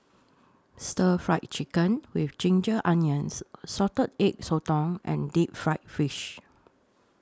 Stir Fried Chicken with Ginger Onions Salted Egg Sotong and Deep Fried Fish